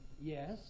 Yes